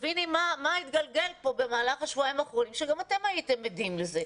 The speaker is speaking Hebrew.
תביני מה התגלגל כאן במהלך השבועיים האחרונים שגם אתם הייתם עדים לזה.